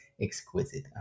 exquisite